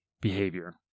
behavior